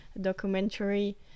documentary